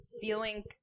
feeling